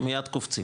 הם מייד קופצים